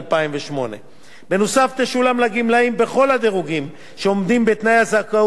תשולם לגמלאים בכל הדירוגים שעומדים בתנאי הזכאות בהתאם למועד פרישתם,